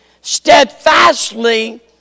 steadfastly